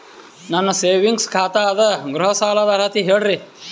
ನನ್ನ ಸೇವಿಂಗ್ಸ್ ಖಾತಾ ಅದ, ಗೃಹ ಸಾಲದ ಅರ್ಹತಿ ಹೇಳರಿ?